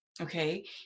Okay